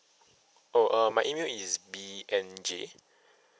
oh uh my email is B N J